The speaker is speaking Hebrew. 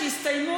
שהסתיימו,